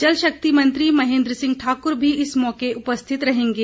जल शक्ति मंत्री महेन्द्र सिंह ठाक्र भी इस मौके उपस्थित रहेंगे